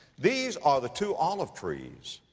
these are the two olive trees,